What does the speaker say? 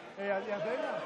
ירדנה.